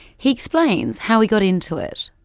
he explains how he got into it.